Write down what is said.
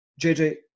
JJ